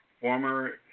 Former